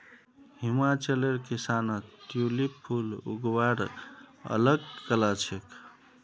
हिमाचलेर किसानत ट्यूलिप फूल उगव्वार अल ग कला छेक